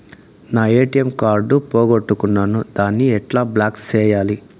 నా ATM card పోగొట్టుకున్నాను, దాన్ని ఎట్లా బ్లాక్ సేయాలి?